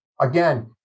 Again